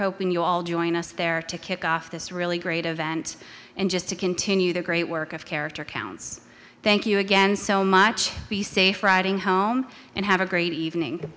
hoping you all join us there to kick off this really great event and just to continue the great work of character counts thank you again so much be safe riding home and have a great evening